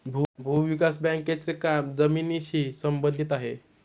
भूविकास बँकेचे काम जमिनीशी संबंधित आहे